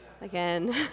Again